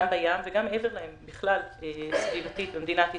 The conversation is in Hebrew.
גם בים וגם מעבר להם, בכלל סביבתית במדינת ישראל.